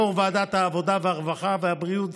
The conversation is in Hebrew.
ועדת העבודה, הרווחה והבריאות: